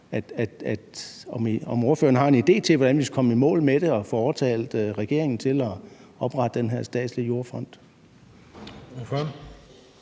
om ordføreren har en idé til, hvordan vi kan komme i mål med det og få overtalt regeringen til at oprette den her statslige jordfond.